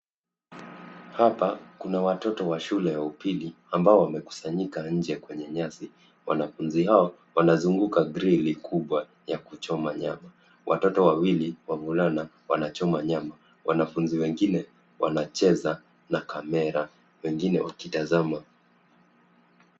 Hapa kuna watoto wa shule ya upili ambao wamekusanyika nje kwenye nyasi. Wanafunzi hawa wanazunguka grili kubwa ya kuchoma nyama. Watoto wawili, wavulana wanachoma nyama. Wanafunzi wengine, wanacheza na kamera, wengine wakitazama.